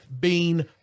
bean